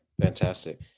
fantastic